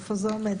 איפה זה עומד?